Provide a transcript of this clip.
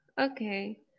okay